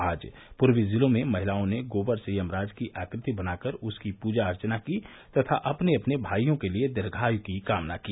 आज पूर्वी जिलों में महिलाओं ने गोबर से यमराज की आकृति बनाकर उसकी पूजा अर्चना की तथा अपने अपने भाईयों के लिए दीघार्य की कामना की